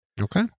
Okay